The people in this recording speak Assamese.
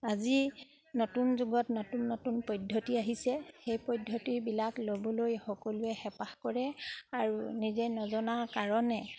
আজি নতুন যুগত নতুন নতুন পদ্ধতি আহিছে সেই পদ্ধতিবিলাক ল'বলৈ সকলোৱে হেঁপাহ কৰে আৰু নিজে নজনা কাৰণে